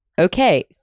Okay